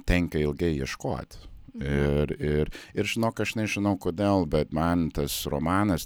tenka ilgai ieškot ir ir ir žinok aš nežinau kodėl bet man tas romanas